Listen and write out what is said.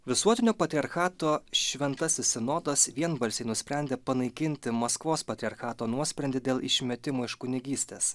visuotinio patriarchato šventasis sinodas vienbalsiai nusprendė panaikinti maskvos patriarchato nuosprendį dėl išmetimo iš kunigystės